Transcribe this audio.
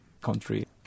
country